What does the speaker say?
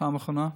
בפעם האחרונה?